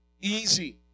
easy